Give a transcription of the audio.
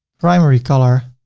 primary color.